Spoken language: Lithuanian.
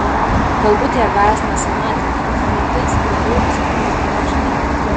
galbūt ją gąsdina senatvė mintis jog greit bus vadinama močiute